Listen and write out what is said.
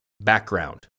Background